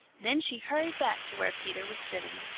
then she hurried back to where peter was sitting.